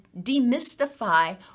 demystify